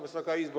Wysoka Izbo!